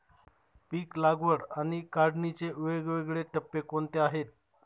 पीक लागवड आणि काढणीचे वेगवेगळे टप्पे कोणते आहेत?